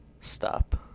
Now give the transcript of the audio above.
stop